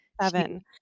seven